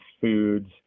foods